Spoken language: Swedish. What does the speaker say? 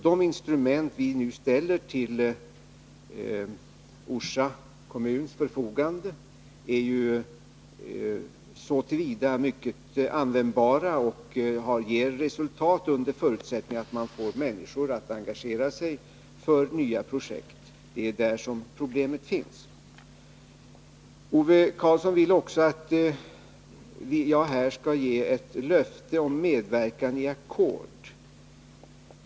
De instrument vi nu ställer till Orsa kommuns förfogande är ju mycket användbara och ger resultat under förutsättning att man får människor att engagera sig för nya projekt. Det är där problemet finns. Ove Karlsson vill också att jag här skall ge ett löfte om medverkan när det gäller ackord.